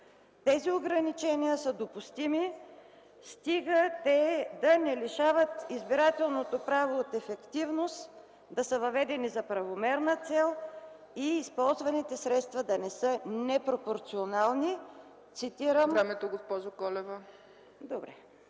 Тези ограничения са допустими, стига те да не лишават избирателното право от ефективност, да са въведени за правомерна цел и използваните средства да не са непропорционални. Благодаря.